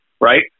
right